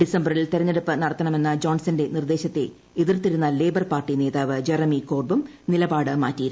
ഡിസംബറിൽ തെരഞ്ഞെടുപ്പു ന്ട്രത്ത്ണമെന്ന ജോൺസന്റെ നിർദേശത്തെ എതിർത്തിരുന്ന ലേബർപാർട്ടി നേത്രാവ് ജെറമി കോർബും നിലപാട് മാറ്റിയിരുന്നു